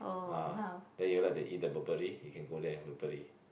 ah then you like to eat the properly you can go there and properly